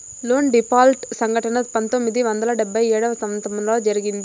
loan default సంఘటన పంతొమ్మిది వందల డెబ్భై ఏడవ సంవచ్చరంలో జరిగింది